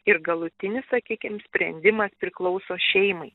ir galutinis sakykim sprendimas priklauso šeimai